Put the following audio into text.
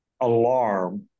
alarm